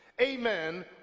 amen